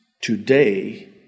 today